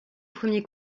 premiers